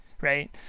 right